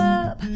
up